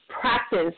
practice